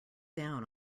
down